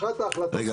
רגע,